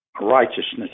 righteousness